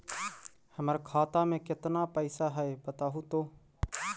हमर खाता में केतना पैसा है बतहू तो?